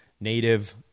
native